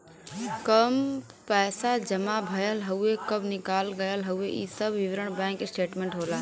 कब पैसा जमा भयल हउवे कब निकाल गयल हउवे इ सब विवरण बैंक स्टेटमेंट होला